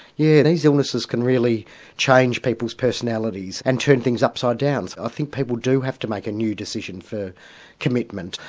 yeah, these illnesses can really change people's personalities and turn things upside down. i think people do have to make a new decision for commitment.